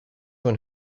when